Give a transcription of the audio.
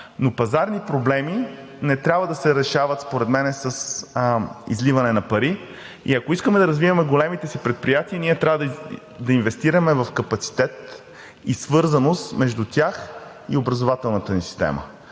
Но пазарни проблеми не трябва да се решават според мен с изливане на пари и ако искаме да развием големите си предприятия, ние трябва да инвестираме в капацитет и свързаност между тях и образователната ни система.